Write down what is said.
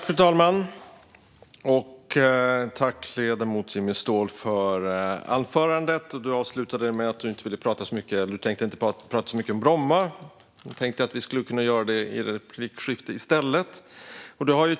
Fru talman! Jag tackar ledamoten Jimmy Ståhl för anförandet. Du avslutade med att du inte tänkte prata så mycket om Bromma, så nu gör vi det i replikskiftet i stället.